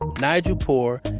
nigel poor,